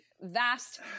vast